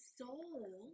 soul